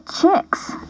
chicks